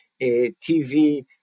TV